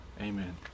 Amen